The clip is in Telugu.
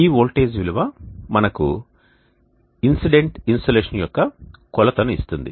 ఈ వోల్టేజ్ విలువ మనకు ఇన్సిడెంట్ ఇన్సోలేషన్ యొక్క కొలతను ఇస్తుంది